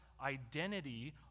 identity